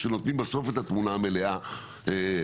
שנותנים בסוף את התמונה המלאה הסופית,